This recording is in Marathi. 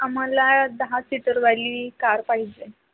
आम्हाला दहा सीटरवाली कार पाहिजे